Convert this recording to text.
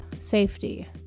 safety